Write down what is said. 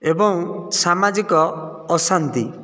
ଏବଂ ସାମାଜିକ ଅଶାନ୍ତି